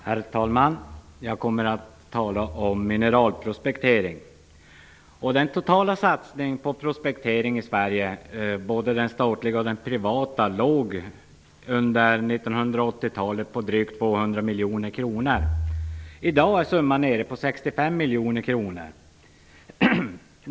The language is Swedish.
Herr talman! Jag kommer att tala om mineralprospektering. Den totala satsningen på prospektering i Sverige, både statlig och privat, låg i början av 1980 talet på drygt 200 miljoner kronor årligen. I dag är summan nere i ca 65 miljoner kronor.